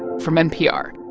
from npr